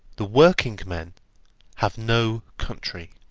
the working men have no country.